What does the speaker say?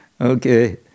Okay